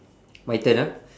my turn ah